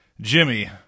Jimmy